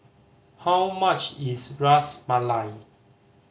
how much is Ras Malai